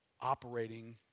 operating